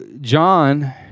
John